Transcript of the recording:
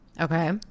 Okay